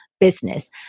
business